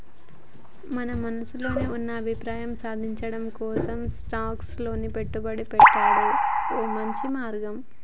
మన మనసులో ఉన్న అభివృద్ధి సాధించటం కోసం స్టాక్స్ లో పెట్టుబడి పెట్టాడు ఓ మంచి మార్గం